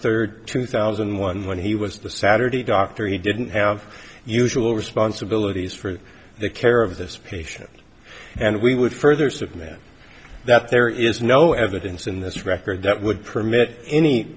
third two thousand and one when he was the saturday doctor he didn't have usual responsibilities for the care of this patient and we would further submit that there is no evidence in this record that would permit any